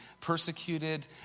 persecuted